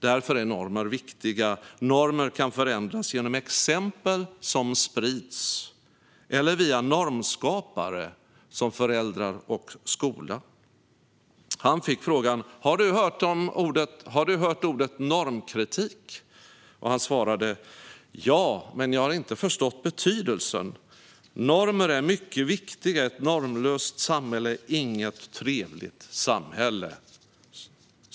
Därför är normer viktiga. Normer kan förändras genom exempel som sprids eller via normskapare som föräldrar och skola. Han fick frågan: Har du hört ordet normkritik? Han svarade: Ja, men jag har inte förstått betydelsen. Normer är mycket viktiga. Ett normlöst samhälle är inget trevligt samhälle.